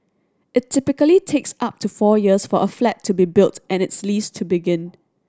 it typically takes up to four years for a flat to be built and its lease to begin